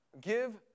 Give